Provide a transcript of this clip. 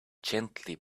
gently